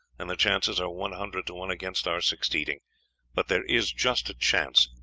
and the chances are one hundred to one against our succeeding but there is just a chance,